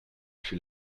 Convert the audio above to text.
fut